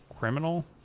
criminal